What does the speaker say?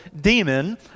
demon